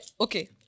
okay